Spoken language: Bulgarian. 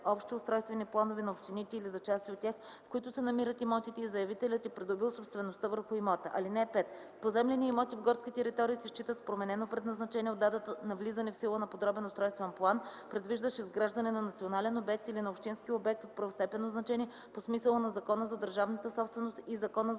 общи устройствени планове на общините или за части от тях, в които се намират имотите и заявителят е придобил собствеността върху имота. (5) Поземлени имоти в горски територии се считат с променено предназначение от датата на влизане в сила на подробен устройствен план, предвиждащ изграждане на национален обект или на общински обект от първостепенно значение, по смисъла на Закона за държавната собственост и Закона за